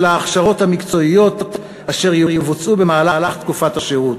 ההכשרות המקצועיות אשר יבוצעו במהלך תקופת השירות,